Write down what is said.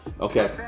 okay